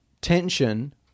tension